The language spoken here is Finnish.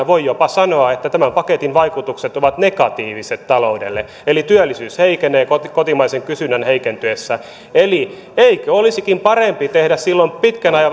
voi jopa sanoa että kolmen vuoden aikana tämän paketin vaikutukset ovat negatiiviset taloudelle eli työllisyys heikkenee kotimaisen kysynnän heikentyessä eli eikö olisikin parempi tehdä silloin pitkän